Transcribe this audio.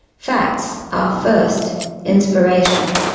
facts are first inspiration,